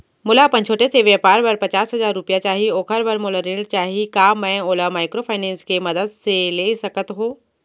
मोला अपन छोटे से व्यापार बर पचास हजार रुपिया चाही ओखर बर मोला ऋण चाही का मैं ओला माइक्रोफाइनेंस के मदद से ले सकत हो?